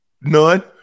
None